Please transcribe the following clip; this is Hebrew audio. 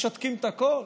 משתקים את הכול?